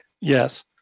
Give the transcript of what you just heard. Yes